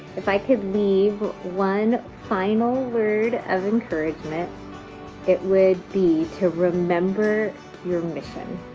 if i could leave one final word of encouragement it would be to remember your mission.